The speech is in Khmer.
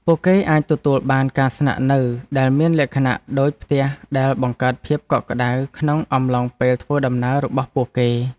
ពួកគេអាចទទួលបានការស្នាក់នៅដែលមានលក្ខណៈដូចផ្ទះដែលបង្កើតភាពកក់ក្ដៅក្នុងអំឡុងពេលធ្វើដំណើររបស់ពួកគេ។